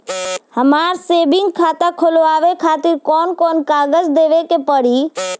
हमार सेविंग खाता खोलवावे खातिर कौन कौन कागज देवे के पड़ी?